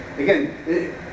Again